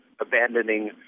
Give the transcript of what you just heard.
abandoning